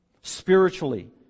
Spiritually